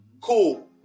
Cool